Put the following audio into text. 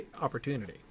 opportunity